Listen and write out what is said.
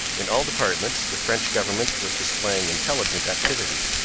in all departments the french government was displaying intelligent activity.